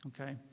Okay